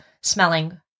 smelling